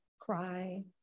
cry